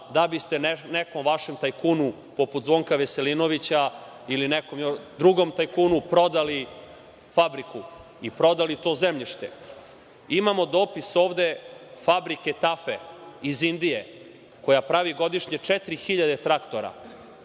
da biste nekom vašem tajkunu, poput Zvonka Veselinovića, ili nekom drugom tajkunu prodali fabriku i prodali to zemljište. Imamo dopis ovde fabrike „Tafe“ iz Indije, koja pravi godišnje četiri